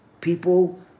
people